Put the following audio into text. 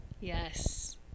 yes